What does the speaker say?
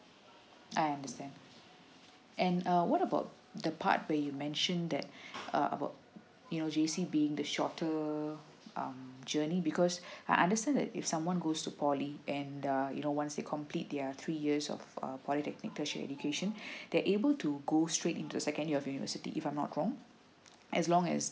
I understand and uh what about the part where you mention that about you know J_C being the shorter um journey because I understand that if someone goes to poly and uh you know once they complete their three years of polytechnic education they're able to go straight into second years of university if I'm not wrong as long as